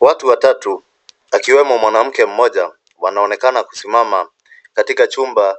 Watu watatu akiwemo mwanamke mmoja wanaonekana kusimama katika chumba